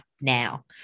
now